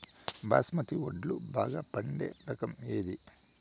బాస్మతి వడ్లు బాగా పండే రకం ఏది